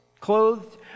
clothed